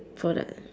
for that